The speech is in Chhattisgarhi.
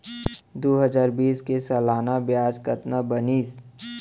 दू हजार बीस के सालाना ब्याज कतना बनिस?